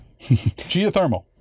geothermal